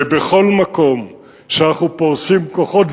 ובכל מקום שאנחנו פורסים כוחות,